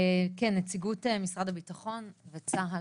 כן, נציגות משרד הביטחון וצה"ל,